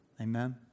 Amen